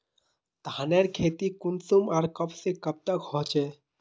धानेर खेती कुंसम आर कब से कब तक होचे?